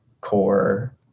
core